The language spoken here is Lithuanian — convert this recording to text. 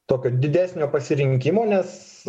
tokio didesnio pasirinkimo nes